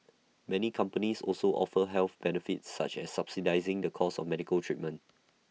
many companies also offer health benefits such as subsidising the cost of medical treatment